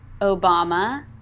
Obama